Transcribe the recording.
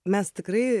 mes tikrai